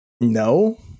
No